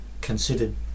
considered